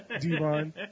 Devon